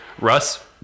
Russ